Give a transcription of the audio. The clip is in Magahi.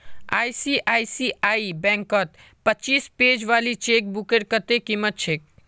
आई.सी.आई.सी.आई बैंकत पच्चीस पेज वाली चेकबुकेर कत्ते कीमत छेक